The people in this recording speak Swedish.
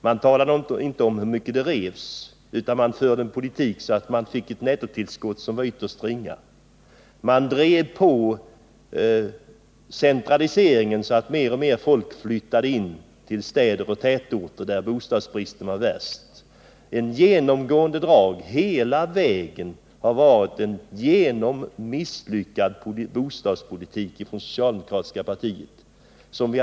Man talade inte om hur mycket som revs, och det fördes en politik som medförde att nettotillskottet blev mycket obetydligt. Man drev på centraliseringen, så att mer och mer folk flyttade in till städer och andra tätorter där bostadsbristen är värst. Ett genomgående drag har hela tiden varit en helt misslyckad socialdemokratisk bostadspolitik.